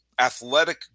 Athletic